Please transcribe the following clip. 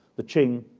the ch'ing,